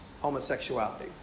homosexuality